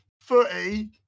footy